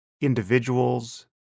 individuals